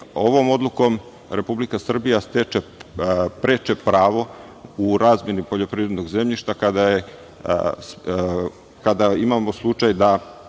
Ovom odlukom Republika Srbija stiče preče pravo u razmeni poljoprivrednog zemljišta kada imamo slučaj da